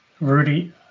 Rudy